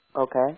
Okay